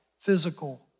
physical